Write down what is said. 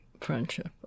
friendship